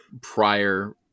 prior